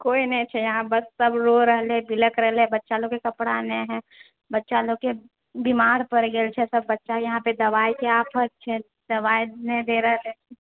कोइ नहि छै यहाँ बस सब रो रहलए बिलख रहलए बच्चा लोककेँ कपड़ा नहि हइ बच्चा लोककेँ बीमार पड़ि गेल छै सब बच्चा यहाँ पर दवाइके आफत छै दवाइ नहि दए रहल यऽ